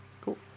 Cool